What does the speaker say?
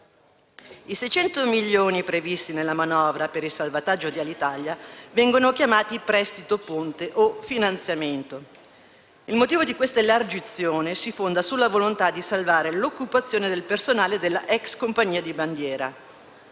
I 600 milioni previsti nella manovra per il salvataggio di Alitalia vengono chiamati prestito ponte o finanziamento. Il motivo di questa elargizione si fonda sulla volontà di salvare l'occupazione del personale della *ex* compagnia di bandiera.